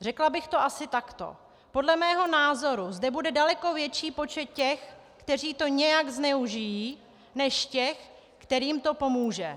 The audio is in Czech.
Řekla bych to asi takto: podle mého názoru zde bude daleko větší počet těch, kteří to nějak zneužijí, než těch, kterým to pomůže.